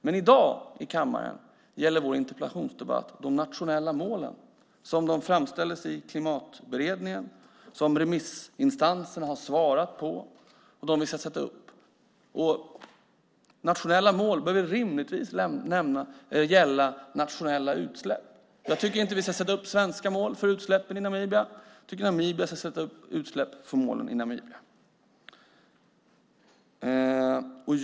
Men i dag här i kammaren gäller vår interpellationsdebatt de nationella målen som dessa framställs i Klimatberedningen, som remissinstanserna har svarat på och som vi ska sätta upp. Nationella mål bör rimligtvis gälla nationella utsläpp. Jag tycker inte att vi ska sätta upp svenska mål för utsläppen i Namibia, utan jag tycker att Namibia ska sätta upp mål för utsläppen i Namibia.